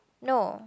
no